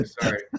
Sorry